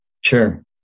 Sure